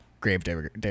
Gravedigger